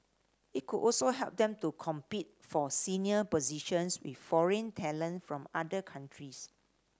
it could also help them to compete for senior positions with foreign talent from other countries